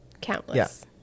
Countless